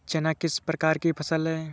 चना किस प्रकार की फसल है?